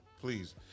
Please